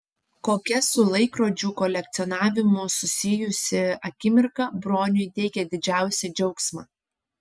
kokia su laikrodžių kolekcionavimu susijusi akimirka broniui teikia didžiausią džiaugsmą